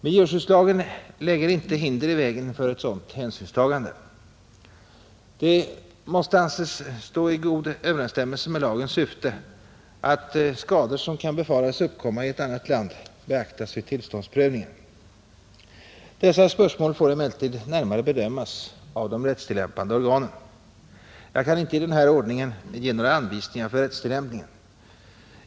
Miljöskyddslagen lägger inte hinder i vägen för ett sådant hänsynstagande, Det får anses stå i överensstämmelse med lagens syfte att skador som kan befaras uppkomma i ett annat land beaktas vid tillståndsprövningen. Hithörande spörsmål får emellertid närmare bedömas av de rättstillämpande organen. Jag kan inte i denna ordning ge några anvisningar för rättstillämpningen.